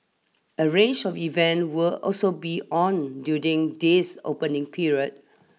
a range of event will also be on during this opening period